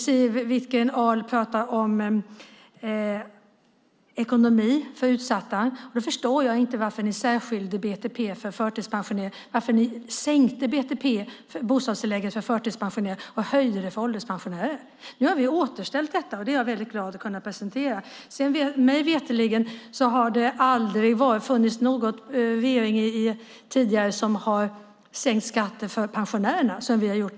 Siw Wittgren-Ahl pratar om ekonomi för utsatta. Då förstår jag inte varför ni särskilde BTP för förtidspensionerade, varför ni sänkte BTP, bostadstillägget, för förtidspensionerade och höjde det för ålderspensionärer. Nu har vi återställt detta, och det är jag väldigt glad åt att kunna presentera. Mig veterligen har det aldrig funnits någon regering tidigare som har sänkt skatten för pensionärerna, som vi har gjort.